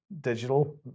digital